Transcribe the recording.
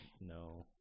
No